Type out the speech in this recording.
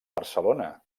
barcelona